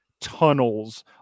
tunnels